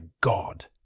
God